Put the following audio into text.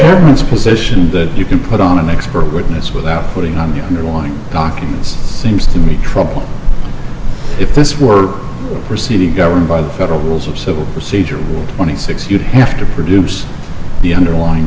a very nice position that you can put on an expert witness without putting on your warning documents seems to me trouble if this were proceeding governed by the federal rules of civil procedure twenty six you'd have to produce the underlying